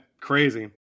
Crazy